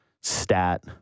stat